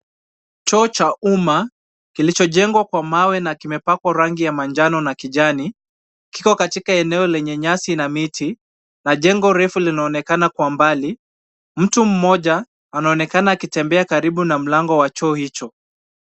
Choo cha umma kilichojengwa kwa mawe na kimepakwa rangi ya manjano na kijani, kiko katika eneo lenye nyasi na miti, na jengo refu linaonekana kwa mbali. Mtu mmoja anaonekana akitembea karibu na mlango wa choo hicho.